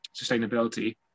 sustainability